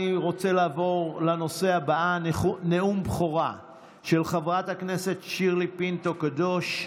אני רוצה לעבור לנושא הבא: נאום בכורה של חברת הכנסת שירלי פינטו קדוש.